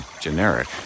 generic